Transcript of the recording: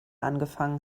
angefangen